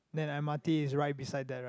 then the m_r_t is right beside there right